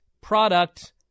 product